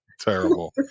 terrible